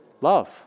love